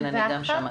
גם אני שמעתי.